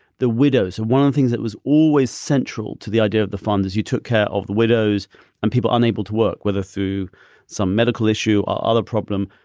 the widows of one of the things that was always central to the idea of the fund is you took care of the widows and people unable to work, whether through some medical issue or other problem.